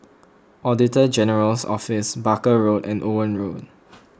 Auditor General's Office Barker Road and Owen Road